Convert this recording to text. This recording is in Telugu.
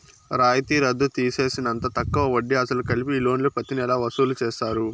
రాయితీ రద్దు తీసేసినంత తక్కువ వడ్డీ, అసలు కలిపి ఈ లోన్లు ప్రతి నెలా వసూలు చేస్తారు